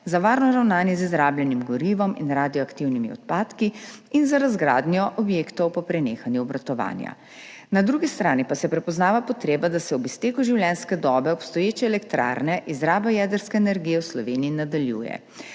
za varno ravnanje z izrabljenim gorivom in radioaktivnimi odpadki in za razgradnjo objektov po prenehanju obratovanja. Na drugi strani pa se prepoznava potreba, da se ob izteku življenjske dobe obstoječe elektrarne izraba jedrske energije v Sloveniji nadaljuje.